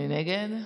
אני נגד.